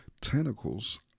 tentacles